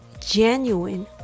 genuine